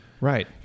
right